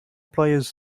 players